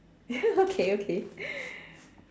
okay okay